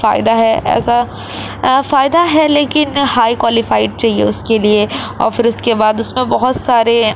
فائدہ ہے ایسا فائدہ ہے لیکن ہائی کوالیفائیڈ چاہیے اس کے لیے اور پھر اس کے بعد اس میں بہت سارے